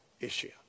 issue